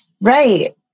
Right